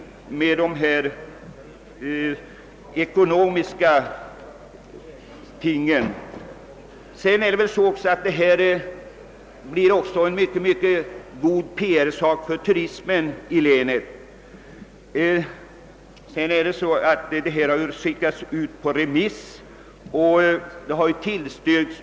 Förläggandet av de olympiska vinterspelen till Jämtland kommer att ge god PR för turismen i länet. Samtliga instanser, till vilka ärendet skickats på remiss, har tillstyrkt.